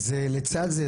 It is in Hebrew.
אז לצד זה,